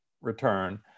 return